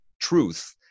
truth